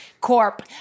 Corp